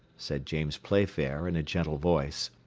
said james playfair, in a gentle voice,